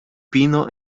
pino